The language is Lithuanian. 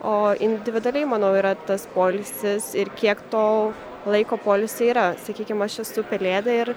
o individualiai manau yra tas poilsis ir kiek to laiko poilsiui yra sakykim aš esu pelėda ir